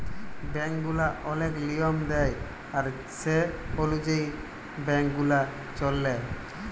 bank গুলা ওলেক লিয়ম দেয় আর সে অলুযায়ী ব্যাংক গুলা চল্যে